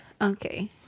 Okay